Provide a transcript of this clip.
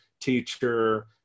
teacher